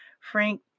Frank